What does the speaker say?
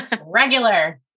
Regular